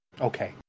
Okay